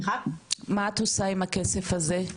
מה את עושה עם הכסף הזה?